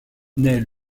naît